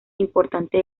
importante